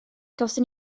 gawson